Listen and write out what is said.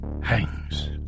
hangs